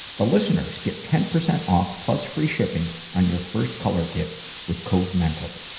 the listeners, get ten percent off plus free shipping on your first color kit with code mental.